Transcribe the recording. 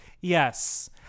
Yes